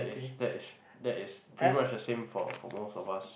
yes that is that is pretty much the same for for most of us